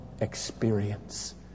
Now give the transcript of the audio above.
experience